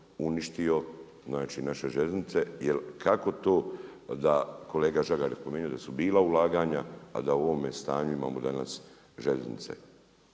uništio naše željeznice jel kako to da kolega Žagar je spomenuo da su bila ulaganja, a da u ovome stanju imamo danas željeznice.